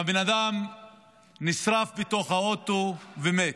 הבן אדם נשרף בתוך האוטו ומת.